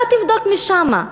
אתה תבדוק משם,